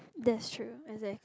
that's true exactly